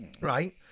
right